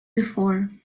before